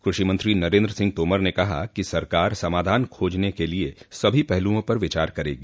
कृषिमंत्री नरेन्द्र सिंह तोमर ने कहा कि सरकार समाधान खोजने के लिए सभी पहलुओं पर विचार करेगी